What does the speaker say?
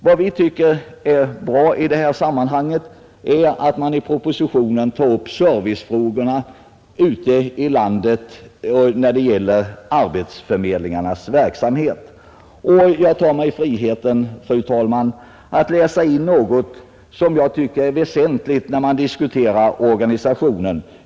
Vad vi tycker är bra i detta sammanhang är att man i propositionen tar upp servicefrågorna ute i landet när det gäller arbetsförmedlingarnas verksamhet. Jag tar mig friheten, fru talman, att till protokollet läsa in något som jag tycker är väsentligt när man diskuterar organisationen.